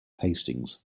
hastings